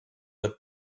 the